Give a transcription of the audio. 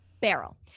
barrel